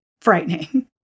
frightening